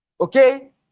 okay